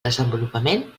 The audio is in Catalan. desenvolupament